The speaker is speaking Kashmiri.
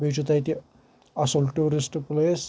بیٚیہِ چھُ تتہِ اصٕل ٹوٗرسٹہٕ پٕلیس